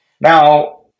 Now